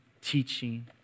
teaching